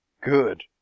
good